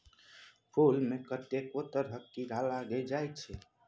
फुल मे कतेको तरहक कीरा लागि जाइ छै